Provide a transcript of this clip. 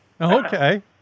Okay